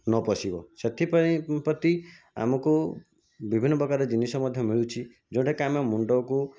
ନ ପଶିବ ସେଥିପାଇଁ ପ୍ରତି ଆମକୁ ବିଭିନ୍ନ ପ୍ରକାର ଜିନିଷ ମଧ୍ୟ ମିଳୁଛି ଯେଉଁଟାକି ଆମେ ମୁଣ୍ଡକୁ